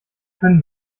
können